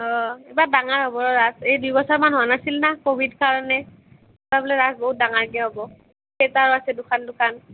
অঁ এইবাৰ ডাঙৰ হ'ব ৰ' ৰাস এই দুবছৰমান হোৱা নাছিল না ক'ভিডৰ কাৰণে এইবাৰ বোলে ৰাস বহুত ডাঙৰকৈ হ'ব থিয়েটাৰো আছে দুখন দুখন